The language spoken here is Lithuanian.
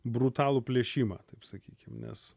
brutalų plėšimą taip sakykim nes